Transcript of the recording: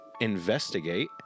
investigate